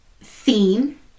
theme